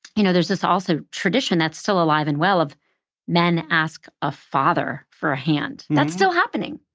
you know, there's this also tradition that's still alive and well of men ask a father for a hand. that's still happening.